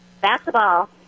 basketball